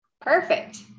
Perfect